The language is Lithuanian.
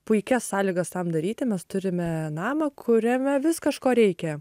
puikias sąlygas tam daryti mes turime namą kuriame vis kažko reikia